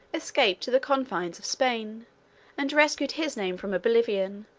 escaped to the confines of spain and rescued his name from oblivion,